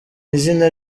izina